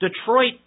Detroit